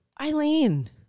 eileen